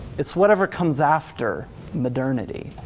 it's whatever comes after modernity,